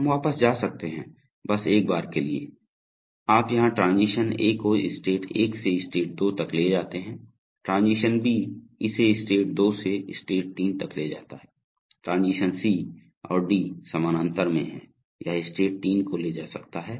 हम वापस जा सकते हैं बस एक बार के लिए आप यहां ट्रांजीशन ए को स्टेट 1 से स्टेट 2 तक ले जाते हैं ट्रांजीशन बी इसे स्टेट 2 से स्टेट 3 तक ले जाता है ट्रांजीशन सी और डी समानांतर में हैं यह स्टेट 3 को ले सकता है